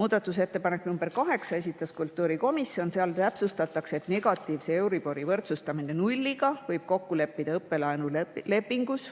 Muudatusettepaneku nr 8 esitas kultuurikomisjon. Seal täpsustatakse, et negatiivse euribori võrdsustamise nulliga võib kokku leppida õppelaenulepingus,